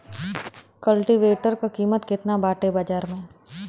कल्टी वेटर क कीमत केतना बाटे बाजार में?